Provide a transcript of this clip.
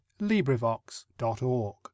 LibriVox.org